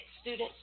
students